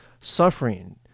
suffering